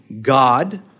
God